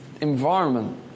environment